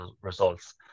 results